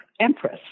empress